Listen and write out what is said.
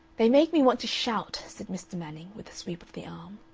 they make me want to shout, said mr. manning, with a sweep of the arm.